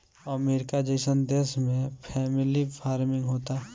अमरीका जइसन देश में फैमिली फार्मिंग होता